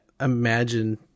imagine